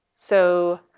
so